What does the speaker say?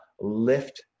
lift